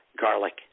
garlic